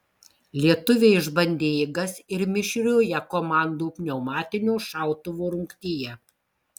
lietuviai išbandė jėgas ir mišrioje komandų pneumatinio šautuvo rungtyje